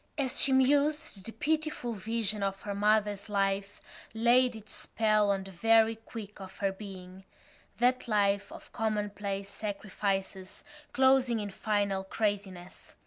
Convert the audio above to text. as she mused the pitiful vision of her mother's life laid its spell on the very quick of her being that life of commonplace sacrifices closing in final craziness.